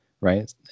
right